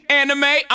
anime